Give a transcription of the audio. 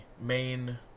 main